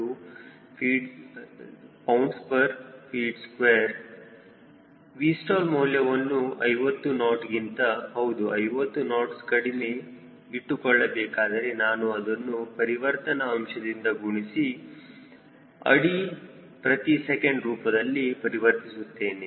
Vstall ಮೌಲ್ಯವನ್ನು 50 knots ಗಿಂತ ಹೌದು 50 ನಾಟ್ಸ್ ಕಡಿಮೆ ಇಟ್ಟುಕೊಳ್ಳಬೇಕಾದರೆ ನಾನು ಅದನ್ನು ಪರಿವರ್ತನ ಅಂಶದಿಂದ ಗುಣಿಸಿ ಅಡಿ ಪ್ರತಿ ಸೆಕೆಂಡ್ ರೂಪದಲ್ಲಿ ಪರಿವರ್ತಿಸುತ್ತೇನೆ